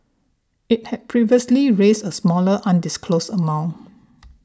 it had previously raised a smaller undisclosed amount